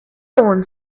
one